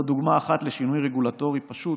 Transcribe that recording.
זו דוגמה אחת לשינוי רגולטורי פשוט